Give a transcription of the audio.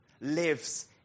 lives